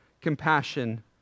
compassion